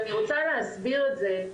ואני רוצה להסביר את זה,